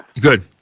Good